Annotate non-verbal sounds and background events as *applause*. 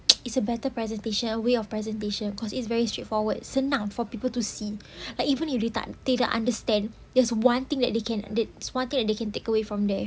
*noise* it's a better presentation a way of presentation cause it's very straightforward senang for people to see like even tidak they don't understand there's one thing that they can there's one thing that they can take away from there